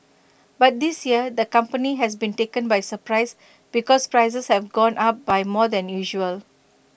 but this year the company has been taken by surprise because prices have gone up by more than usual